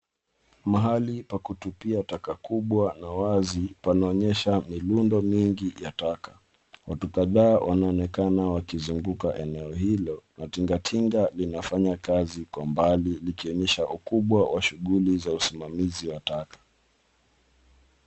Mahali pa kutupia taka kubwa na wazi panaonyesha milundo mingi ya taka. Watu kadhaa wanaonekana wakizunguka eneo hilo na tingatinga linafanya kazi kwa mbali likionyesha ukubwa wa shughuli za usimamizi wa taka.